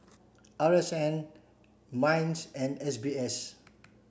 R S N MINDS and S B S